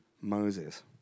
Moses